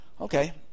Okay